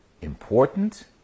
Important